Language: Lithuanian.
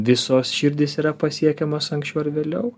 visos širdys yra pasiekiamos anksčiau ar vėliau